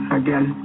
again